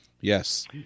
Yes